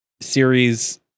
series